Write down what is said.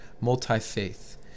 multi-faith